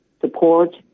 support